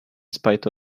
spite